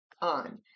on